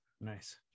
Nice